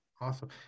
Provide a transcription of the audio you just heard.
Awesome